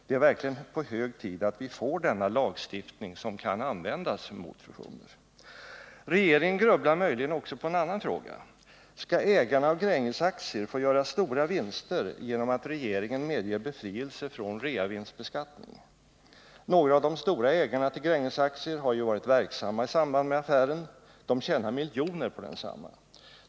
Det är verkligen hög tid att vi får denna lagstiftning, som kan användas mot fusioner. Regeringen grubblar möjligen också på en annan fråga. Skall ägarna av Grängesaktier få göra stora vinster genom att regeringen medger befrielse från reavinstbeskattning? Några av de stora ägarna till Grängesaktier har ju varit verksamma i samband med affären. De tjänar miljoner på densamma.